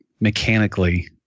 mechanically